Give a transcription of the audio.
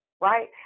right